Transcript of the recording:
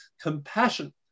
compassion